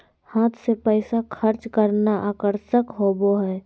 हाथ से पैसा खर्च करना आकर्षक होबो हइ